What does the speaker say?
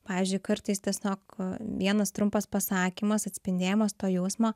pavyzdžiui kartais tiosiog vienas trumpas pasakymas atspindėjimas to jausmo